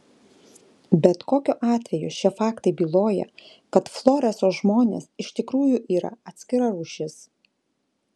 bet kokiu atveju šie faktai byloja kad floreso žmonės iš tikrųjų yra atskira rūšis